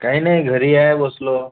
काही नाही घरी आहे बसलो